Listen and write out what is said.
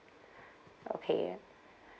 okay